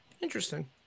Interesting